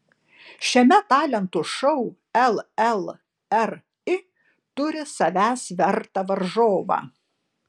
šiame talentų šou llri turi savęs vertą varžovą